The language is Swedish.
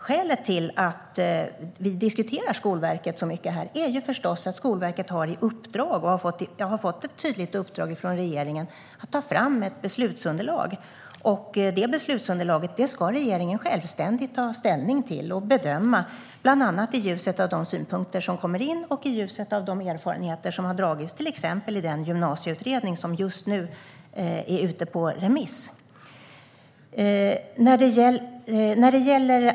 Skälet till att vi diskuterar Skolverket så mycket här är förstås att verket har fått ett tydligt uppdrag från regeringen att ta fram ett beslutsunderlag. Det beslutsunderlaget ska regeringen självständigt ta ställning till och bedöma, bland annat i ljuset av de synpunkter som kommer in och i ljuset av de erfarenheter som har gjorts till exempel i den gymnasieutredning som just nu är ute på remiss.